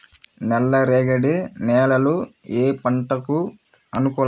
నల్ల రేగడి నేలలు ఏ పంటకు అనుకూలం?